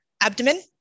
abdomen